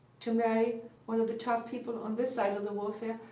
to marry one of the top people on this side of the warfare.